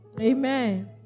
Amen